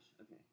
Okay